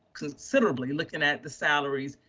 considerably looking at the salaries.